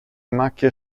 macchie